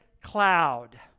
cloud